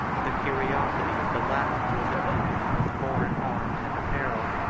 the curiosity of the latins was amused with foreign arms and apparel,